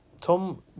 tom